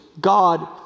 God